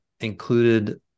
included